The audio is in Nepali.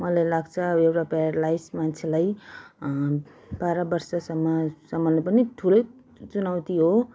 मलाई लाग्छ एउटा प्यारालाइज मान्छेलाई बाह्र वर्षसम्म सम्हाल्नु पनि ठुलै चुनौती हो